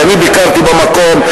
ביקרתי במקום,